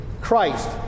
Christ